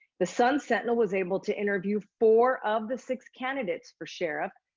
the sun sentinel was able to interview four of the six candidates for sheriff.